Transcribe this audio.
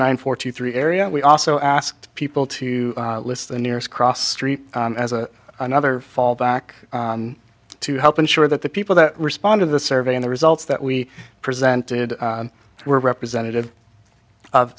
hundred forty three area we also asked people to list the nearest cross street as a another fallback to help ensure that the people that responded the survey and the results that we presented were representative of